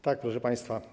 Tak, proszę państwa.